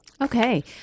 Okay